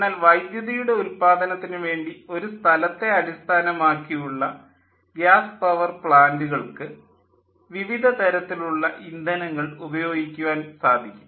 എന്നാൽ വൈദ്യുതിയുടെ ഉല്പാദനത്തിനു വേണ്ടി ഒരു സ്ഥലത്തെ അടിസ്ഥാനമാക്കി ഉള്ള ഗ്യാസ് പവർ പ്ലാൻ്റുകൾക്ക് വിവിധ തരത്തിലുള്ള ഇന്ധനങ്ങൾ ഉപയോഗിക്കുവാൻ സാധിക്കും